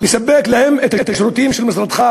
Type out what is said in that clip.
לספק להם את השירותים של משרדך,